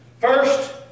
First